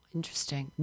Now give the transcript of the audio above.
interesting